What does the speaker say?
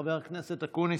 חבר הכנסת אקוניס,